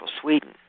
Sweden